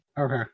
Okay